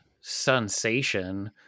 Sensation